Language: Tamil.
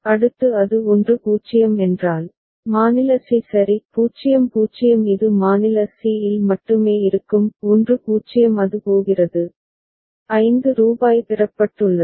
அடுத்து அது 1 0 என்றால் மாநில சி சரி 0 0 இது மாநில c இல் மட்டுமே இருக்கும் 1 0 அது போகிறது 5 ரூபாய் பெறப்பட்டுள்ளது